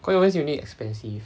cause overseas uni expensive